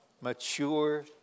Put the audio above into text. Mature